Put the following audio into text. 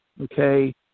okay